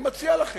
אני מציע לכם: